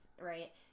Right